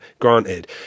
granted